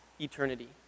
eternity